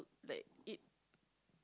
like it